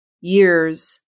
years